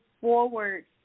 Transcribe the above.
forward